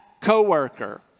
coworker